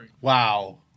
Wow